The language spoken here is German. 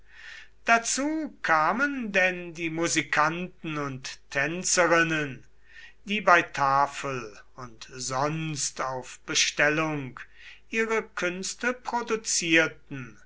dazu kamen denn die musikanten und tänzerinnen die bei tafel und sonst auf bestellung ihre künste produzierten